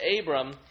Abram